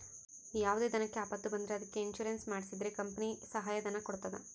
ಯಾವುದೇ ದನಕ್ಕೆ ಆಪತ್ತು ಬಂದ್ರ ಅದಕ್ಕೆ ಇನ್ಸೂರೆನ್ಸ್ ಮಾಡ್ಸಿದ್ರೆ ಕಂಪನಿ ಸಹಾಯ ಧನ ಕೊಡ್ತದ